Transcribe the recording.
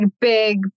big